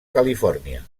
califòrnia